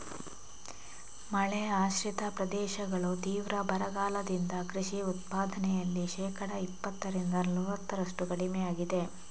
ಮಳೆ ಆಶ್ರಿತ ಪ್ರದೇಶಗಳು ತೀವ್ರ ಬರಗಾಲದಿಂದ ಕೃಷಿ ಉತ್ಪಾದನೆಯಲ್ಲಿ ಶೇಕಡಾ ಇಪ್ಪತ್ತರಿಂದ ನಲವತ್ತರಷ್ಟು ಕಡಿಮೆಯಾಗಿದೆ